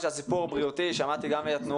הסיפור הבריאותי בימים האחרונים שמעתי גם מהתנועות